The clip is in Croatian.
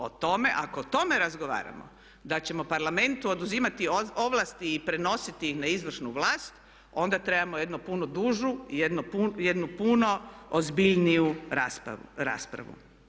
O tome, ako o tome razgovaramo da ćemo Parlamentu oduzimati ovlasti i prenositi ih na izvršnu vlast, onda trebamo jednu puno dužu, jednu puno ozbiljniju raspravu.